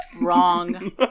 Wrong